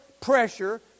pressure